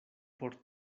por